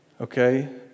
Okay